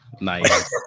Nice